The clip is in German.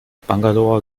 bangalore